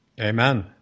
Amen